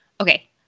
okay